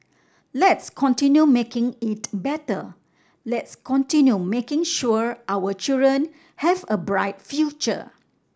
let's continue making it better let's continue making sure our children have a bright future